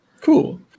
cool